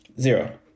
Zero